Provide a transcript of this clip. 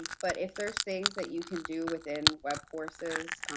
but if there's things that you can do within webcourses,